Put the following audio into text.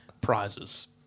prizes